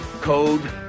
code